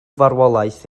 farwolaeth